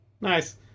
Nice